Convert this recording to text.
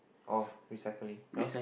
oh recycling yours